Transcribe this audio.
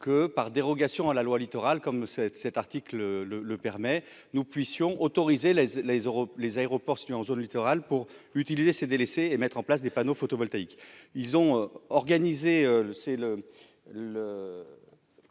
par dérogation à la loi littoral, comme cet cet article le le permet, nous puissions autoriser les les oraux, les aéroports situés en zone littorale pour utiliser ces délaissé et mettre en place des panneaux photovoltaïques, ils ont organisé